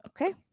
Okay